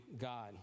God